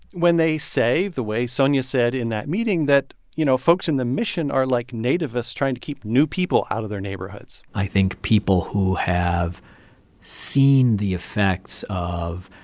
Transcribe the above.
when they say, the way sonja said in that meeting, that, you know, folks in the mission are like nativists trying to keep new people out of their neighborhoods i think people who have seen the effects of,